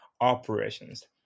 operations